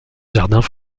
jardins